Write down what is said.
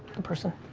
the person,